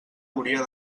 hauria